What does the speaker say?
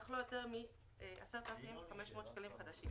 אך לא יותר מ-10,500 שקלים חדשים,